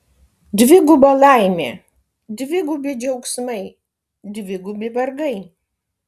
dviguba laimė dvigubi džiaugsmai dvigubi vargai